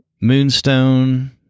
Moonstone